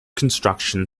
construction